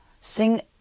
sing